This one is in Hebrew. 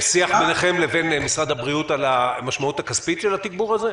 יש שיח ביניכם לבין משרד הבריאות על המשמעות הכספית של התגבור הזה?